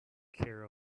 care